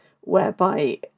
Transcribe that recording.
whereby